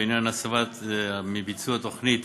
בעניין הסכנה מביצוע תוכנית